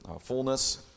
fullness